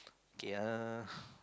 K err